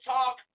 Talk